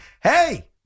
hey